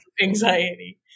anxiety